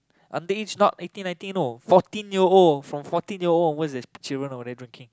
underage not eighteen nineteen know fourteen year old from fourteen year old onward there's people over there drinking